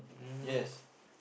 yes